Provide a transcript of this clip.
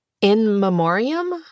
in-memoriam